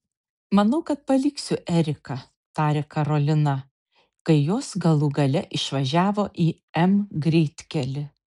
manau kad paliksiu eriką tarė karolina kai jos galų gale išvažiavo į m greitkelį